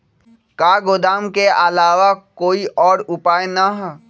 का गोदाम के आलावा कोई और उपाय न ह?